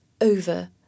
over